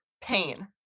Pain